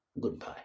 goodbye